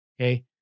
Okay